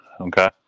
Okay